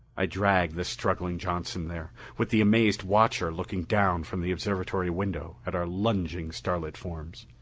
i dragged the struggling johnson there, with the amazed watcher looking down from the observatory window at our lunging starlit forms.